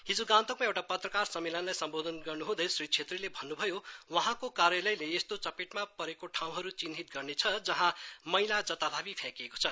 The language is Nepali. हिज गान्तोकमा एउटा पत्रकार सम्मेलनलाई सम्बोधन गर्नुहुँदै श्री छेत्रीले भन्नुभयो वहाँको कार्यालयले यस्तो चपेटमा परेको ठाँउहरू चिन्हित गर्नेछ जहाँ मैला जताभावी फ्याँकिएको छ